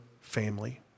family